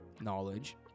knowledge